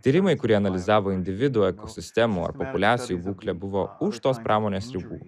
tyrimai kurie analizavo individų ekosistemų ar populiacijų būklę buvo už tos pramonės ribų